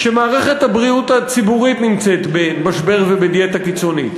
כשמערכת הבריאות הציבורית נמצאת במשבר ובדיאטה קיצונית,